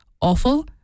awful